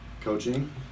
Coaching